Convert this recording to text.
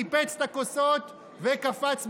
ניפץ את הכוסות וקפץ,